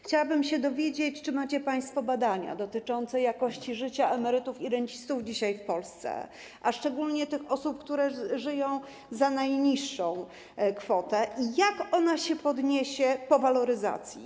Chciałabym się dowiedzieć, czy macie państwo badania dotyczące jakości życia emerytów i rencistów dzisiaj w Polsce, a szczególnie tych osób, które żyją za najniższą kwotę, i tego, jak ona podniesie się po waloryzacji.